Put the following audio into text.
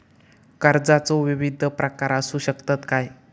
कर्जाचो विविध प्रकार असु शकतत काय?